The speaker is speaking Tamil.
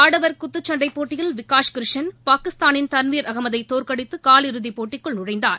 ஆடவர் குத்துச்சண்டை போட்டியில் விகாஷ் கிருஷன் பாகிஸ்தானின் தன்வீர் அகமதை தோற்கடித்து கால் இறுதிப்போட்டிக்குள் நுழைந்துள்ளார்